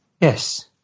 Yes